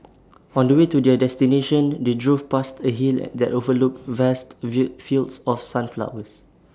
on the way to their destination they drove past A hill that overlooked vast view fields of sunflowers